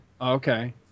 Okay